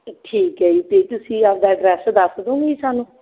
ਠੀਕ ਹੈ ਜੀ ਅਤੇ ਤੁਸੀਂ ਆਪ ਦਾ ਐਡਰੈਸ ਦੱਸ ਦਿਉਂਗੇ ਜੀ ਸਾਨੂੰ